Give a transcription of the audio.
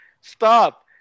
Stop